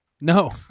No